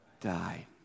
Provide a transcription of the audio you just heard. die